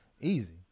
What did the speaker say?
Easy